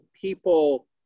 people